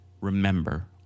remember